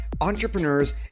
entrepreneurs